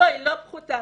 לא, היא לא פחותה.